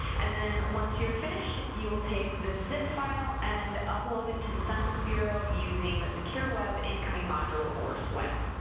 and then once you're finished, you'll take the zip file and upload it to the census bureau using the secure web incoming module, or swim.